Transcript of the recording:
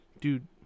Dude